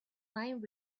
fine